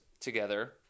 together